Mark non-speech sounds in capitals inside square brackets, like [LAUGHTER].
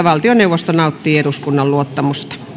[UNINTELLIGIBLE] valtioneuvosto eduskunnan luottamusta